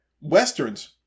westerns